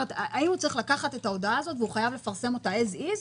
האם הוא צריך לקחת את ההודעה הזאת והוא חייב לפרסם אותה כפי שהיא,